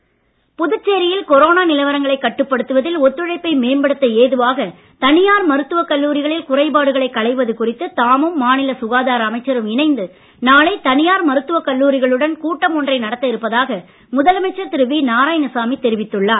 நாராயணசாமி புதுச்சேரியில் கொரோனா நிலவரங்களை கட்டுப்படுத்துவதில் ஒத்துழைப்பை மேம்படுத்த ஏதுவாக தனியார் மருத்துவக் கல்லூரிகளில் குறைபாடுகளை களைவது குறித்து தாமும் மாநில சுகாதார அமைச்சரும் இணைந்து நாளை தனியார் மருத்துவக் கல்லூரிகளுடன் கூட்டம் ஒன்றை நடத்த இருப்பதாக முதலமைச்சர் திரு வி நாராயணசாமி தெரிவித்துள்ளார்